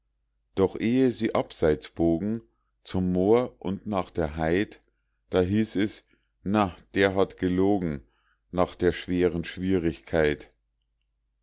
doch ehe sie abseits bogen zum moor und nach der heid da hieß es na der hat gelogen nach der schweren schwierigkeit